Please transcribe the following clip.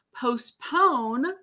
postpone